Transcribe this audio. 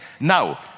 now